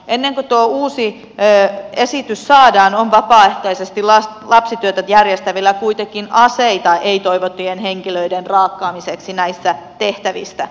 ennen kuin tuo uusi esitys saadaan on vapaaehtoisesti lapsityötä järjestävillä kuitenkin aseita ei toivottujen henkilöiden raakkaamiseksi näistä tehtävistä